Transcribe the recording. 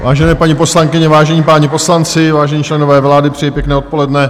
Vážené paní poslankyně, vážení páni poslanci, vážení členové vlády, přeji pěkné odpoledne.